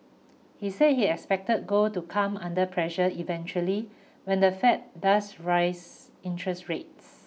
he said he expected gold to come under pressure eventually when the Fed does rise interest rates